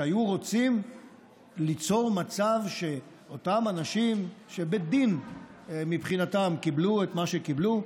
שהיו רוצים ליצור מצב שאותם אנשים שבדין מבחינתם קיבלו את מה שקיבלו,